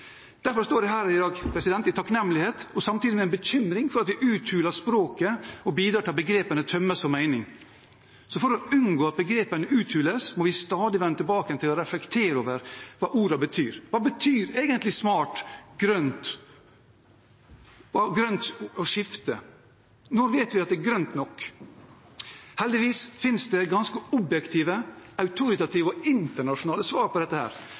Derfor står jeg her i dag i takknemlighet, og samtidig med en bekymring, fordi vi uthuler språket og bidrar til at begrepene tømmes for mening. Så for å unngå at begrepene uthules, må vi stadig vende tilbake til og reflektere over hva ordene betyr. Hva betyr egentlig ordene «smart», «grønt» og «grønt skifte»? Når vet vi at det er grønt nok? Heldigvis finnes det ganske objektive autoritative og internasjonale svar på dette.